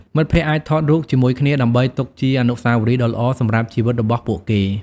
មិត្តភក្តិអាចថតរូបជាមួយគ្នាដើម្បីទុកជាអនុស្សាវរីយ៍ដ៏ល្អសម្រាប់ជីវិតរបស់ពួកគេ។